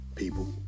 People